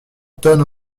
tonne